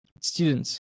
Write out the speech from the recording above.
students